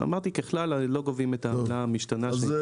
אמרתי שככלל לא גובים את העמלה המשתנה ש